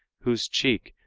whose cheek,